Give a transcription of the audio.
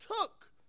took